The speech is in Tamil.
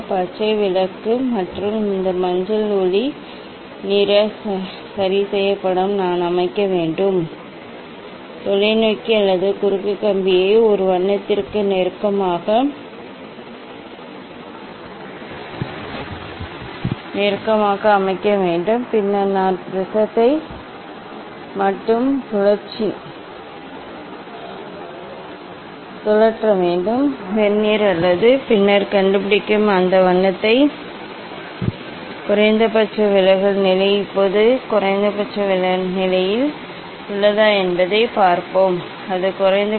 பச்சை விளக்கு மற்றும் இந்த மஞ்சள் ஒளி சரி இப்போது இந்த விலகல் அது அலைநீளத்தைப் பொறுத்தது நான் அமைக்க வேண்டும் நான் ஒரு அருகில் செல்ல வேண்டும் இந்த தொலைநோக்கி அல்லது குறுக்கு கம்பியை ஒரு வண்ணத்திற்கு நெருக்கமாக அமைக்க வேண்டும் பின்னர் நான் ப்ரிஸத்தை மட்டும் சுழற்ற வேண்டும் வெர்னியர் அல்ல பின்னர் கண்டுபிடிக்கவும் அந்த வண்ணத்திற்கான குறைந்தபட்ச விலகல் நிலை இப்போது இது குறைந்தபட்ச நிலையில் உள்ளதா என்பதைப் பார்ப்போம் இல்லை அது குறைந்தபட்ச நிலையில் இல்லை